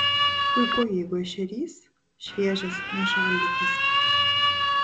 puiku jeigu ešerys šviežias ne šaldytas